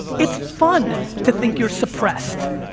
it's fun to think you're suppressed,